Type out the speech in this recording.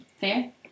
Fair